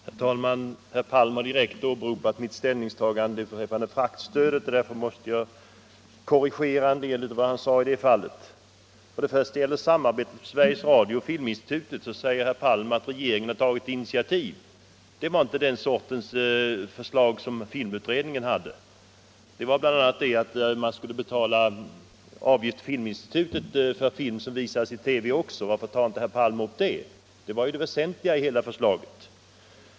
Herr talmån! Herr Palm har direkt åberopat mitt ställningstagande beträffande fraktstödet, och därför måste jag korrigera en del av vad han sade i det avseendet. När det gäller samarbetet mellan Sveriges Radio och Filminstitutet säger herr Palm att regeringen har tagit initiativ. Det var dock inte den sortens förslag som filmutredningen hade att behandla. Det föreslogs bl.a. att man skulle betala en avgift till Filminstitutet för film, som också visas i TV. Varför tar inte herr Palm upp detta, som var det väsentliga i förslaget?